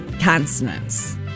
consonants